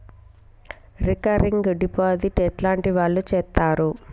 Recurring deposit ఎట్లాంటి వాళ్లు చేత్తరు?